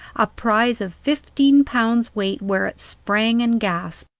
a prize of fifteen pounds weight, where it sprang and gasped.